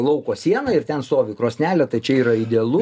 lauko siena ir ten stovi krosnelė tai čia yra idealu